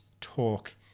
talk